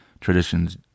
traditions